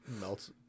melts